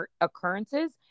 occurrences